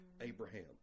Abraham